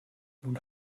nun